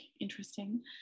interesting